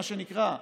מה שנקרא,